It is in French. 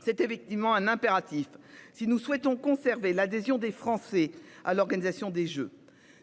C'est effectivement un impératif si nous souhaitons conserver l'adhésion des Français à l'organisation des Jeux,